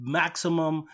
maximum